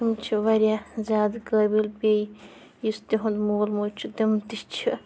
تم چھِ وارِیاہ زیادٕ قٲبِل بیٚیہِ یُس تِہُنٛد مول موج چھِ تِم تہِ چھِ